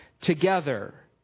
together